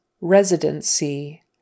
Residency